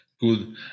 Good